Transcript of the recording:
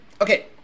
Okay